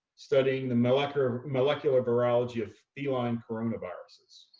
studying the molecular molecular virology of feline coronaviruses.